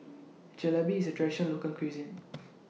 Jalebi IS Traditional Local Cuisine